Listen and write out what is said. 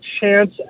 chance